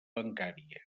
bancària